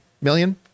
Million